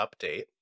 update